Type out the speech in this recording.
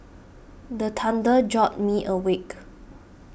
the thunder jolt me awake